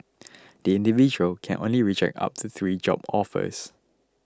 the individual can reject only up to three job offers